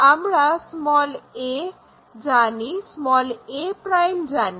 আমরা a জানি a' জানি